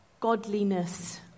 godliness